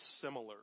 similar